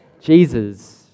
Jesus